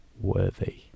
worthy